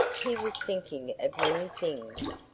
he was thinking of many things,